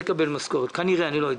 אמרנו: